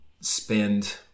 spend